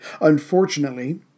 Unfortunately